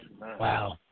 Wow